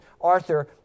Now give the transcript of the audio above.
Arthur